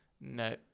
No